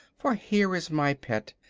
for here is my pet,